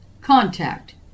contact